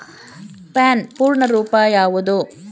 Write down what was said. PAN ಪೂರ್ಣ ರೂಪ ಯಾವುದು?